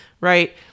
right